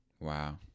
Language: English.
Wow